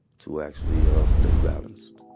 to actually ah stay balanced.